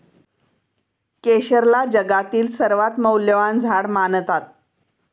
केशरला जगातील सर्वात मौल्यवान झाड मानतात